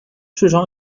市场